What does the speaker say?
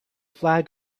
flag